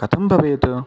कथं भवेत्